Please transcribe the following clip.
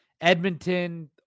Edmonton